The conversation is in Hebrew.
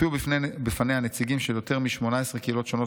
הופיעו בפניה נציגים של יותר מ-18 קהילות שונות,